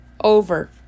Over